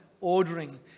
ordering